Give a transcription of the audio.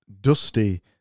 dusty